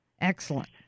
Excellent